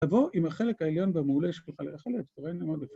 ‫תבוא עם החלק העליון והמעולה, ‫יש לך לאכול את זה.